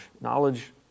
Knowledge